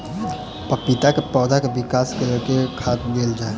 पपीता केँ पौधा केँ विकास केँ लेल केँ खाद देल जाए?